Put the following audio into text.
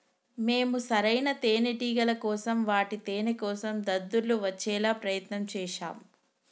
మేము సరైన తేనేటిగల కోసం వాటి తేనేకోసం దద్దుర్లు వచ్చేలా ప్రయత్నం చేశాం